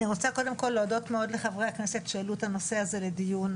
אני רוצה קודם כל להודות מאוד לחברי הכנסת שהעלו את הנושא הזה לדיון,